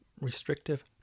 restrictive